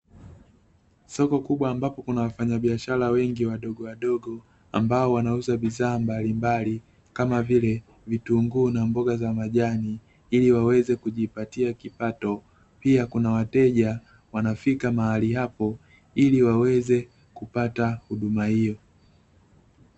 Soko kubwa ambapo kuna wafanyabiashara wengi wadogowadogo ambao wanauza bidhaa mbalimbali kama vile: vitunguu na mboga za majani ili waweze kujipatia kipato. Pia kuna wateja wanafika mahali hapo ili waweze kupata huduma hiyo.